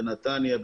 נתניה,